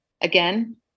again